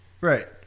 Right